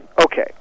Okay